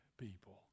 people